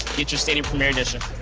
get your stadia premiere edition.